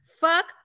fuck